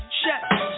chef